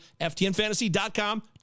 FTNFantasy.com